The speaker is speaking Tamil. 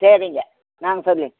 சரிங்க நாங்கள் சொல்லிடறோம்